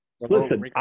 Listen